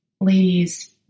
Ladies